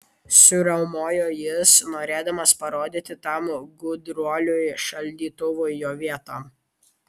suriaumojo jis norėdamas parodyti tam gudruoliui šaldytuvui jo vietą